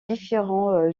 différents